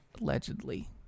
allegedly